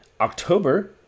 October